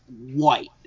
white